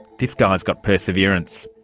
this guy has got perseverance.